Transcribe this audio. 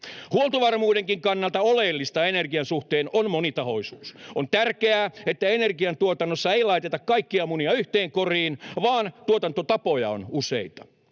Huoltovarmuudenkin kannalta oleellista energian suhteen on monitahoisuus. On tärkeää, että energiantuotannossa ei laiteta kaikkia munia yhteen koriin vaan tuotantotapoja on useita.